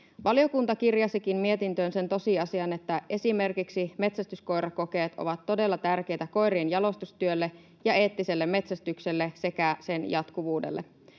Valiokunta kirjasikin mietintöön sen tosiasian, että esimerkiksi metsästyskoirakokeet ovat todella tärkeitä koirien jalostustyölle ja eettiselle metsästykselle sekä sen jatkuvuudelle.